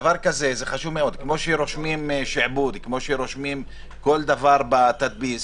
כפי שרושמים שעבוד, כפי שרושמים כל דבר בתדפיס,